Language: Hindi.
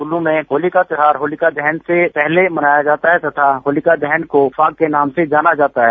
कुल्लू मे होली का त्यौहार होलिका दहन से पहले मनाया जाता है तथा होलिका दहन को फाग के नाम से जाना जाता है